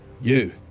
You